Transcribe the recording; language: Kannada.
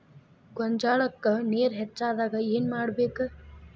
ಗೊಂಜಾಳಕ್ಕ ನೇರ ಹೆಚ್ಚಾದಾಗ ಏನ್ ಮಾಡಬೇಕ್?